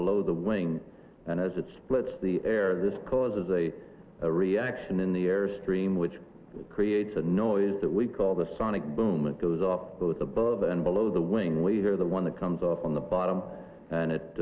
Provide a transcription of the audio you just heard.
below the wing and as it splits the air this causes a a reaction in the air stream which creates a noise that we call the sonic boom and goes off both above and below the wing leader the one that comes out on the bottom and it